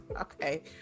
Okay